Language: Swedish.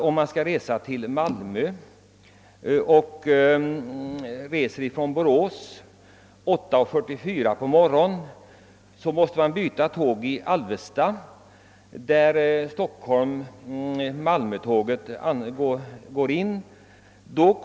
Om man reser från Borås kl. 8.44 för att resa till Malmö, måste man byta tåg i Alvesta, där tåget Stockholm-—Malmö gör uppehåll.